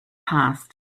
past